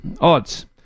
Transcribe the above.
odds